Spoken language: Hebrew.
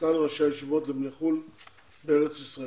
סגן ראשי הישיבות לחו"ל בארץ ישראל.